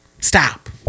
Stop